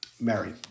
Mary